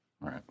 Right